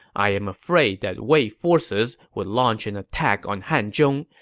i am afraid that wei forces would launch an attack on hanzhong,